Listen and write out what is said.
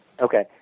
Okay